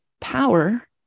power